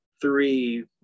three